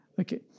Okay